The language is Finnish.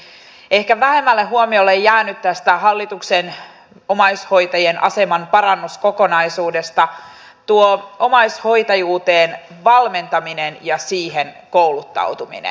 ehkä vähemmälle huomiolle on jäänyt tästä hallituksen omaishoitajien aseman parannuskokonaisuudesta tuo omaishoitajuuteen valmentaminen ja siihen kouluttautuminen